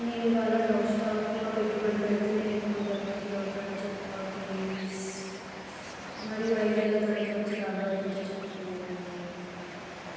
నేను ఇవాళ డవ్ స్టాక్లో పెట్టుబడి పెడితే నేను ఎప్పుడు ధనవంతులవుతానో చెప్పవా ప్లీస్ మరియు ఐదేళ్ళ తర్వాత వచ్చే రాబడి ఎంతో చెప్పు